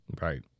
Right